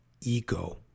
ego